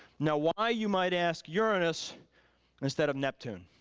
now why, you might ask, uranus and instead of neptune?